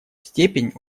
степень